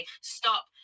Stop